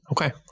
Okay